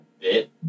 bit